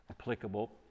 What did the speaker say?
applicable